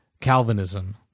Calvinism